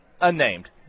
unnamed